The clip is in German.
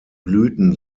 blüten